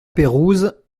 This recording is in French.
pérouse